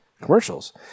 commercials